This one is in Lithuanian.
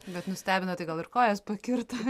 bet nustebino tai gal ir kojas pakirto